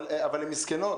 אבל הן מסכנות.